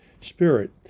spirit